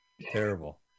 Terrible